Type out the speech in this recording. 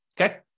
okay